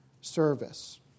service